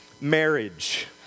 Marriage